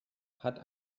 hat